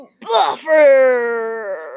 Buffer